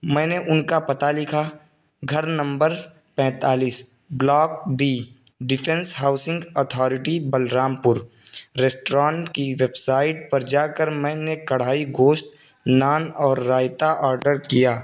میں نے ان کا پتہ لکھا گھر نمبر پینتالیس block D Defence Housing Authority Balrampur restaurant کی ویب سائٹ پر جا کر میں نے کڑھائی گوشت نان اور رائتا آرڈر کیا